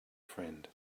friend